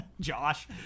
Josh